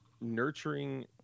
nurturing